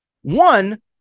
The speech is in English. One